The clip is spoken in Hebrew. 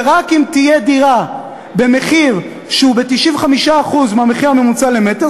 ורק אם תהיה דירה במחיר שהוא 95% מהמחיר הממוצע למ"ר,